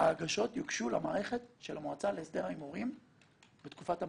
שההגשות יוגשו למערכת של המועצה להסדר ההימורים בתקופת המעבר.